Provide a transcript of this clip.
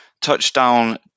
Touchdown